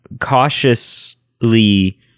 cautiously